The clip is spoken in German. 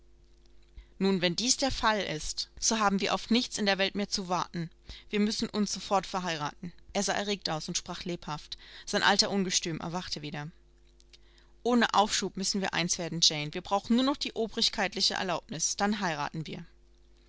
nun wenn dies der fall ist so haben wir auf nichts in der welt mehr zu warten wir müssen uns sofort verheiraten er sah erregt aus und sprach lebhaft sein alter ungestüm erwachte wieder ohne aufschub müssen wir eins werden jane wir brauchen nur noch die obrigkeitliche erlaubnis dann heiraten wir